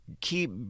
keep